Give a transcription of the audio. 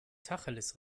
tacheles